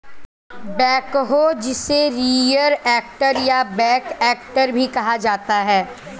backhoe जिसे rear actor या back actor भी कहा जाता है